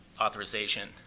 authorization